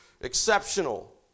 exceptional